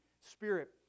Spirit